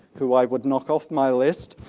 who i would knock off my list,